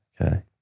Okay